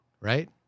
right